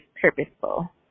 purposeful